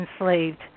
enslaved